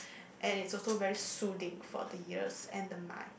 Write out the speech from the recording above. and it's also very soothing for the ears and the mind